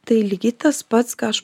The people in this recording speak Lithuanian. tai lygiai tas pats ką aš